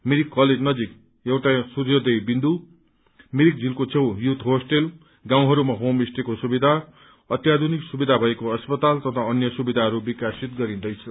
Mirik college नजिक एउटा सूयोंदय विन्दु मिरिक झीलको छेउ यूथ होस्टेल गाउँहरूमा होमस्टेको सुविधा अत्याधुनिक सुविधा भएको अस्पाताल तथा अन्य सुविधाहरू विकसित गरिन्दैछ